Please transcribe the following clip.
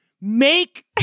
make